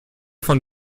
von